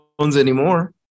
anymore